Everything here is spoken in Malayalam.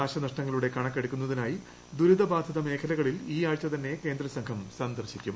നാശനഷ്ടങ്ങളുടെ കണ്ട്ക്ക്ടുക്കുന്നതിനായി ദുരിതബാധിത മേഖലകളിൽ ഈ ആഴ്ചക്രിക്കുന്ന് കേന്ദ്ര സംഘം സന്ദർശിക്കും